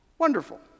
wonderful